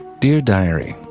dear diary,